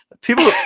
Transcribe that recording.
People